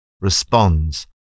responds